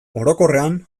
orokorrean